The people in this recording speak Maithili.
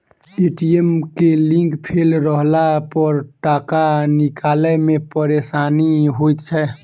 ए.टी.एम के लिंक फेल रहलापर टाका निकालै मे परेशानी होइत छै